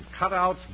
cutouts